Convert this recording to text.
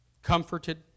Comforted